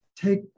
take